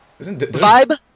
Vibe